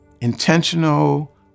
intentional